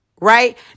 right